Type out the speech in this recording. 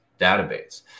database